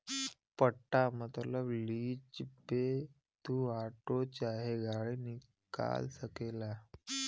पट्टा मतबल लीज पे तू आटो चाहे गाड़ी निकाल सकेला